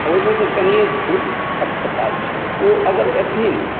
आ ओहिठामसॅं कनिय दूर हस्पताल छै जॅं ओ अगर एथिन